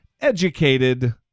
educated